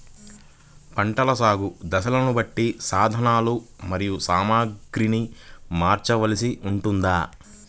పంటల సాగు దశలను బట్టి సాధనలు మరియు సామాగ్రిని మార్చవలసి ఉంటుందా?